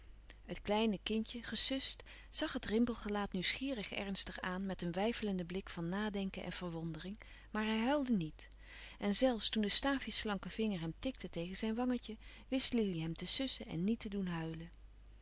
het kleine kindje gesust zag het rimpelgelaat nieuwsgierig ernstig aan met een weifelenden blik van nadenken en verwondering maar hij huilde niet en zelfs toen de staafjesslanke vinger hem tikte tegen zijn wangetje wist lili hem te sussen en niet te doen huilen